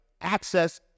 Access